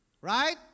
right